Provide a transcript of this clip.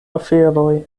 aferoj